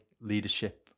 leadership